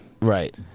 Right